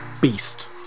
beast